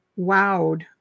wowed